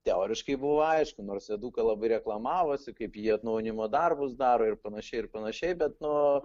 teoriškai buvo aišku nors eduka labai reklamavosi kaip ji atnaujinimo darbus daro ir panašiai ir panašiai bet nu